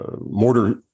mortar